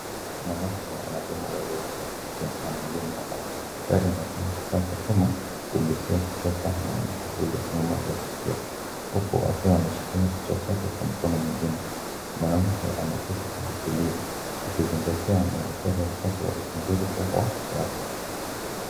Mwanamke anapimwa uwezo wake wa kuskia na mhudumu wa afya, daktari anatumia kifaa cha chuma kugusia kichwa cha mwanamke huyu nyuma ya sikio, huku akiwa ameshikilia kichwa chake kwa mkono mwingine, mwanamke ameketi kwa utulivu akizingatia amani kwanza wakati wa uchunguzi huu wa kiafya.